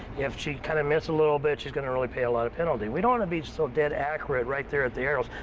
if she kind of missed a little bit, she's going to pay a lot of penalty. we don't want to be so dead accurate right there at the arrows,